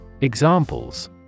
Examples